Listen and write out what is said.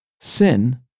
sin